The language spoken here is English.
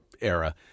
era